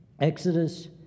Exodus